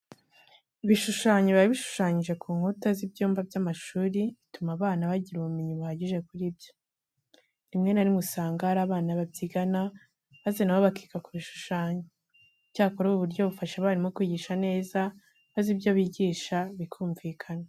Ibishushanyo biba bishushanyije ku nkuta z'ibyumba by'amashuri, bituma abana bagira ubumenyi buhagije kuri byo. Rimwe na rimwe usanga hari abana babyigana maze na bo bakiga kubishushanya. Icyakora ubu buryo bufasha abarimu kwigisha neza maze ibyo bigisha bikumvikana.